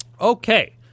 Okay